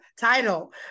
title